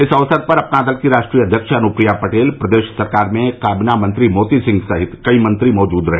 इस अवसर पर अपना दल की राष्ट्रीय अध्यक्ष अनुप्रिया पटेल प्रदेश सरकार में कबीना मंत्री मोती सिंह सहित कई मंत्री मौजूद रहे